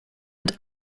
und